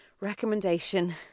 recommendation